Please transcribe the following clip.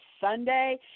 sunday